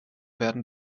werden